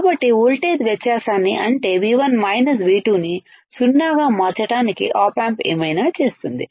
కాబట్టి వోల్టేజ్ వ్యత్యాసాన్నిఅంటే V1 V2 ని సున్నా గా మార్చడానికి op amp ఏమైనా చేస్తుంది